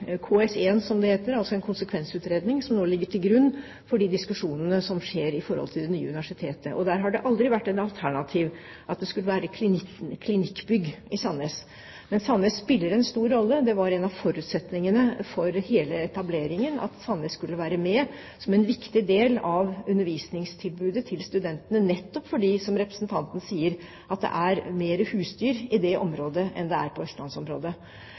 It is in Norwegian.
heter – som ligger til grunn for diskusjonene i forbindelse med det nye universitetet. Der har det aldri vært et alternativ at det skulle være klinikkbygg på Sandnes. Men Sandnes spiller en stor rolle. Det var en av forutsetningene for hele etableringen at Sandnes skulle være med som en viktig del av undervisningstilbudet til studentene, nettopp fordi, som representanten sier, at det er mer husdyr i det området enn det er på østlandsområdet. Samtidig har man, som jeg sa i svaret, vurdert det slik fra fagmiljøenes side at det er tilstrekkelig med husdyr i østlandsområdet